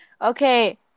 Okay